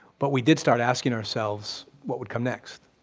but we did start asking ourselves what would come next,